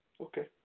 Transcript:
okay